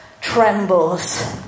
trembles